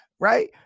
Right